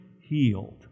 healed